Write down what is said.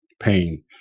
pain